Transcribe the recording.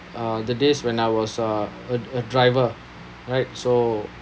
uh the days when I was uh a a driver right so